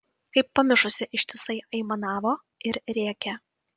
kaip pamišusi ištisai aimanavo ir rėkė